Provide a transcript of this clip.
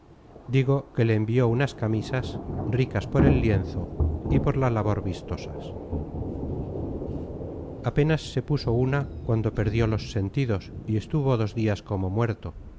digo que le envió unas camisas ricas por el lienzo y por la labor vistosas apenas se puso una cuando perdió los sentidos y estuvo dos dias como muerto